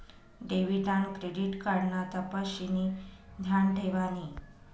debit आन credit card ना तपशिनी ध्यान ठेवानी